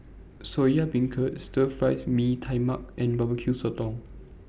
Soya Beancurd Stir Fry Mee Tai Mak and Bbq Sotong